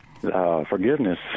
Forgiveness